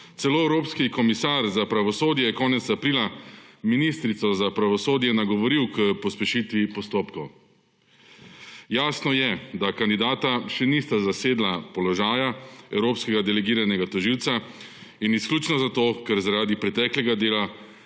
celo evropski komisar za pravosodje je konec aprila ministrico za pravosodje nagovoril k pospešitvi postopkov. Jasno je, da kandidata še nista zasedla položaja evropskega delegiranega tožilca in izključno zato, ker zaradi preteklega dela